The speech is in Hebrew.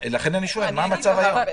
לכן אני שואל, מה המצב היום?